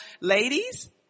ladies